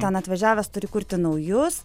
ten atvažiavęs turi kurti naujus